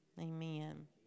Amen